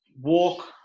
walk